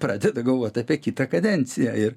pradeda galvot apie kitą kadenciją ir